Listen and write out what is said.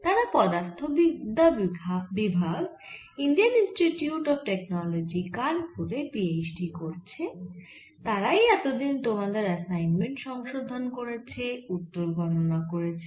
তারা পদার্থবিদ্যা বিভাগ ইন্ডিয়ান ইন্সটিটিউট অফ টেকনোলজি কানপুরে পি এইচ ডি করছে তারাই এতদিন তোমাদের অ্যাসাইনমেন্ট সংশোধন করেছে উত্তর গণনা করেছে